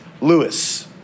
Lewis